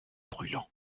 brûlants